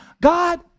God